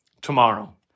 tomorrow